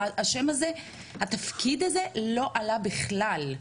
השם הזה, התפקיד הזה לא עלה בכלל,